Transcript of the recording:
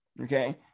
okay